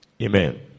Amen